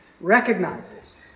recognizes